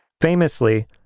Famously